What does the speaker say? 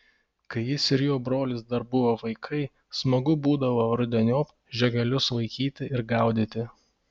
kai jis ir jo brolis dar buvo vaikai smagu būdavo rudeniop žiogelius vaikyti ir gaudyti